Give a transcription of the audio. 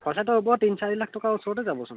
খৰচাটো ওপৰত তিন চাৰি লাখ টকাৰ ওচৰতে যাবচোন